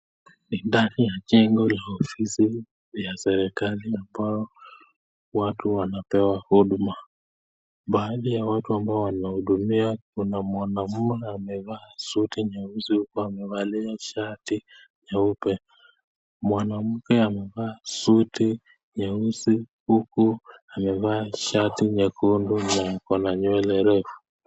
Ni ndani ya jengo la ofisi ya serikali ambapo watu wanapewa huduma. Baadhi ya watu ambao wanahudumiwa kuna mwanaume na amevaa suti nyeusi huku amevalia shati nyeupe. Mwanamke amevaa suti nyeusi huku amevaa shati nyekundu na ako na mkono refu.